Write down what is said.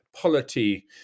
polity